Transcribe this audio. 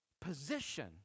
position